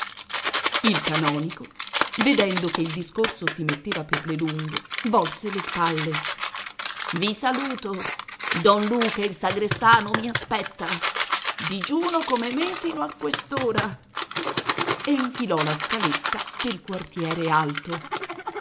il canonico vedendo che il discorso si metteva per le lunghe volse le spalle i saluto don luca il sagrestano mi aspetta digiuno come me sino a quest'ora e infilò la scaletta pel quartiere alto